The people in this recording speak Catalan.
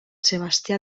sebastià